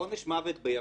לעונש מוות ביפן,